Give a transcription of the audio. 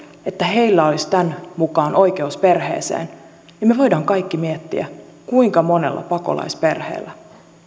että heillä olisi tämän mukaan oikeus perheeseen niin me voimme kaikki miettiä kuinka monella pakolaisperheellä